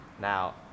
Now